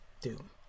Doom